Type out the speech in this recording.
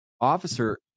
officer